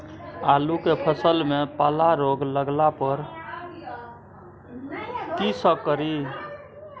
आलू के फसल मे पाला रोग लागला पर कीशकरि?